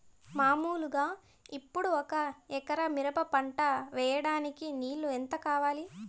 మామూలుగా ఇప్పుడు ఒక ఎకరా మిరప పంట వేయడానికి నీళ్లు ఎంత కావాలి?